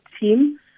team